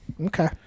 Okay